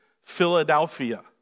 Philadelphia